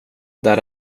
där